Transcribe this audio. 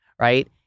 right